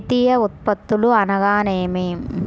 ద్వితీయ ఉత్పత్తులు అనగా నేమి?